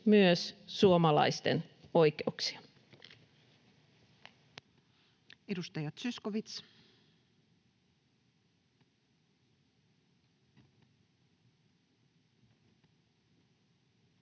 myös suomalaisten oikeuksia. Edustaja Zyskowicz.